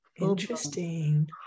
Interesting